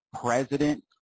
president